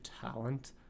talent